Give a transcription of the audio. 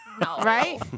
Right